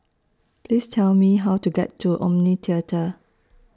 Please Tell Me How to get to Omni Theatre